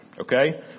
Okay